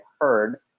heard